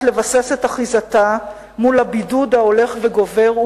לבסס את אחיזתה מול הבידוד ההולך וגובר,